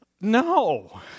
no